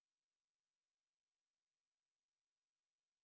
you know